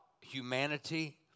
humanity